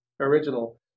original